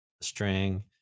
string